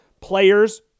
players